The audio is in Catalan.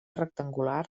rectangular